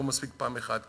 לא מספיק פעם אחת,